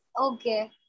Okay